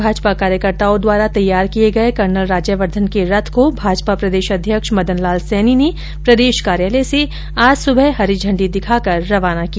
माजपा कार्यकर्ताओ द्वारा तैयार किये गये कर्नल राज्यवर्धन के रथ को भाजपा प्रदेशाध्यक्ष मदनलाल सैनी ने प्रदेश कार्यालय से आज स्बह हरी झंडी दिखाकर रवाना किया